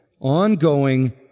ongoing